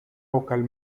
vocal